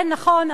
נכון,